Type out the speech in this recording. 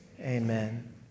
Amen